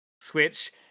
switch